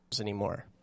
anymore